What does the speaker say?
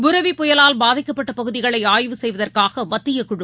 புயலால் பாதிக்கப்பட்டபகுதிகளைஆய்வு செய்வதற்காகமத்திய குழு